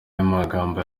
y’amagambo